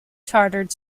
chartered